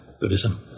Buddhism